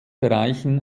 bereichen